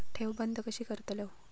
ठेव बंद कशी करतलव?